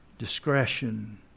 discretion